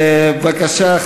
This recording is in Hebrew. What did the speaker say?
בבקשה,